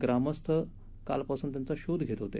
ग्रामस्थ आणि कालपासून त्यांचा शोध घेत होते